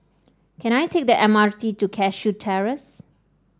can I take the M R T to Cashew Terrace